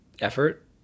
effort